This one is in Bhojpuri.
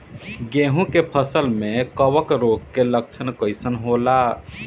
गेहूं के फसल में कवक रोग के लक्षण कइसन होला?